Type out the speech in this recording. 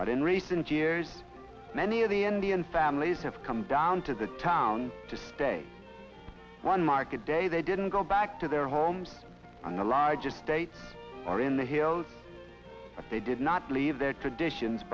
but in recent years many of the indian families have come down to the town to stay one market day they didn't go back to their homes on the largest states or in the hills of they did not leave their traditions